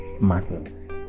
matters